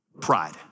pride